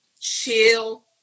chill